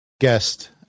guest